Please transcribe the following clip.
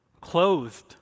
Clothed